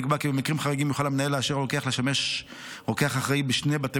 נקבע כי במקרים חריגים יוכל המנהל לאשר לרוקח לשמש רוקח אחראי בשני בתי